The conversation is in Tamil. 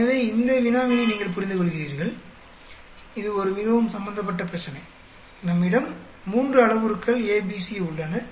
எனவே இந்த வினாவினை நீங்கள் புரிந்துகொள்கிறீர்கள் இது ஒரு மிகவும் சம்பந்தப்பட்ட பிரச்சினை நம்மிடம் மூன்று அளவுருக்கள் A B C உள்ளன